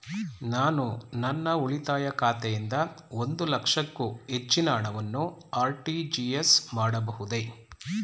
ನಾನು ನನ್ನ ಉಳಿತಾಯ ಖಾತೆಯಿಂದ ಒಂದು ಲಕ್ಷಕ್ಕೂ ಹೆಚ್ಚಿನ ಹಣವನ್ನು ಆರ್.ಟಿ.ಜಿ.ಎಸ್ ಮಾಡಬಹುದೇ?